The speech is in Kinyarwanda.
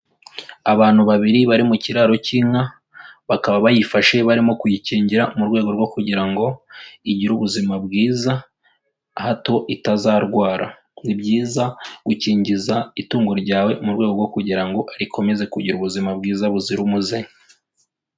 Abantu babiri bari mu kiraro cy'inka bakaba bayifashe barimo kuyikingira mu rwego rwo kugira ngo igire ubuzima bwiza hato itazarwara. Ni byiza gukingiza itungo ryawe mu rwego rwo kugira ngo rikomeze kugira ubuzima bwiza buzira umuze.